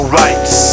rights